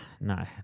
no